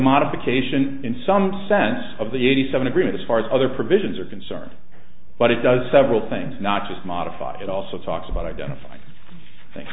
modification in some sense of the eighty seven agreement as far as other provisions are concerned but it does several things not just modify it also talks about identify